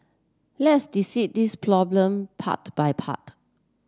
let's this problem part by part